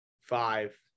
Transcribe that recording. five